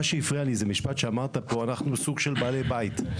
מה שהפריע לי זה משפט שאמרת פה: אנחנו סוג של בעלי בית.